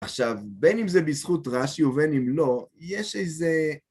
עכשיו, בין אם זה בזכות רש"י ובין אם לא, יש איזה...